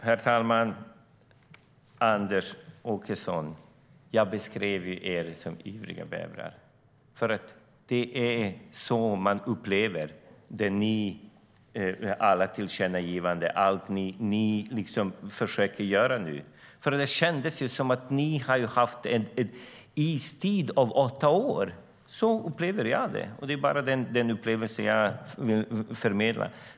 Herr talman! Jag beskrev er som ivriga bävrar, Anders Åkesson, för det är så jag upplever er med tanke på alla de tillkännagivanden och annat som ni nu gör. Det känns som om ni haft en istid under åtta år. Så upplever jag det, och det är den upplevelsen jag förmedlar.